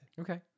Okay